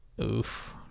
Oof